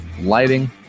lighting